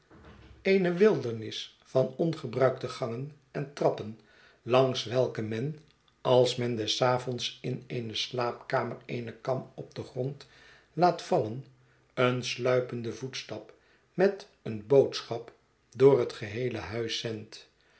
eene wildernis van ongebruikte gangen en trappen langs welke men als men des avonds in eene slaapkamer eene kam op den grond laat vallen een sluipenden voetstap met eene boodschap door het geheele huis zendt